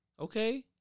Okay